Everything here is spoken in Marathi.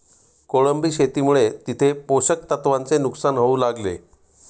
कोळंबी शेतीमुळे तिथे पोषक तत्वांचे नुकसान होऊ लागले